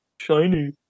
shiny